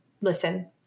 listen